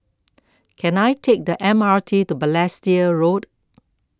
can I take the M R T to Balestier Road